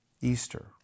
Easter